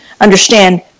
understand